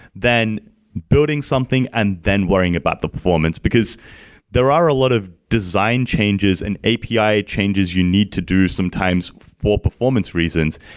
then building something and then worrying about the performance, because there are a lot of design changes and api changes you need to do sometimes for performance reasons,